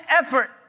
effort